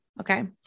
Okay